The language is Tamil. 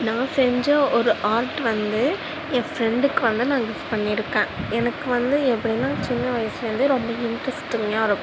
நான் செஞ்ச ஒரு ஆர்ட் வந்து ஏன் ஃப்ரெண்டுக்கு வந்து நான் கிஃப்ட் பண்ணியிருக்கேன் எனக்கு வந்து எப்படினா சின்ன வயசுலேருந்தே ரொம்ப இன்ட்ரஸ்ட்டிங்கா இருக்கும்